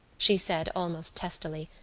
she said almost testily,